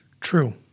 true